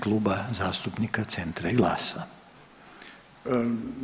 Kluba zastupnika Centra i GLAS-a.